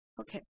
Okay